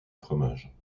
fromage